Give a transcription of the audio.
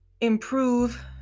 improve